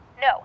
No